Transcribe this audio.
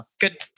good